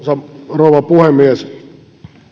rouva puhemies